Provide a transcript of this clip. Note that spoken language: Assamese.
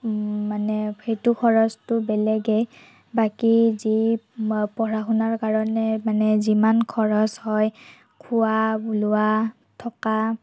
মানে সেইটো খৰচটো বেলেগেই বাকী যি পঢ়া শুনাৰ কাৰণে মানে যিমান খৰচ হয় খোৱা লোৱা থকা